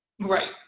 Right